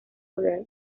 poder